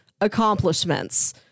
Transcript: accomplishments